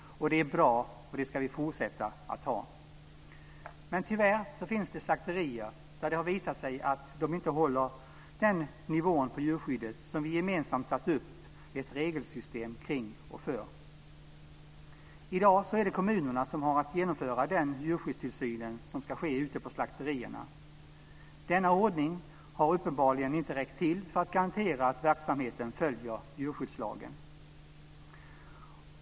Det är bra, och det ska vi fortsätta att ha. Men tyvärr finns det slakterier som har visat sig inte håller den nivån på djurskyddet som vi gemensamt har satt upp ett regelsystem kring och för. I dag är det kommunerna som har att genomföra den djurskyddstillsyn som ska ske ute på slakterierna. Denna ordning har uppenbarligen inte räckt till för att garantera att verksamheten följer djurskyddslagen.